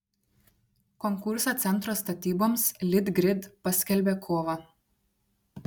konkursą centro statyboms litgrid paskelbė kovą